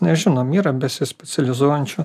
nežinom yra besispecializuojančių